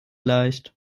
leicht